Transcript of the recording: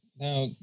Now